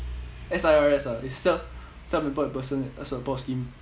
S_I_R S_I_R it's self self employed person uh support scheme